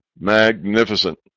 magnificent